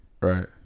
Right